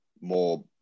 more